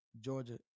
Georgia